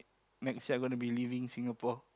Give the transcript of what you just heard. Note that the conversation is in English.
next year I gonna be leaving Singapore